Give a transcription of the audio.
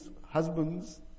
husbands